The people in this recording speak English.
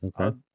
Okay